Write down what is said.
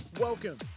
Welcome